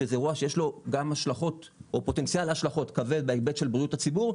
שזה אירוע שיש לו פוטנציאל השלכות כבד בהיבט של בריאות הציבור,